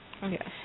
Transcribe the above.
Yes